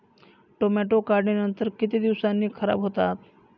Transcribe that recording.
Tomato काढणीनंतर किती दिवसांनी खराब होतात?